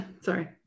sorry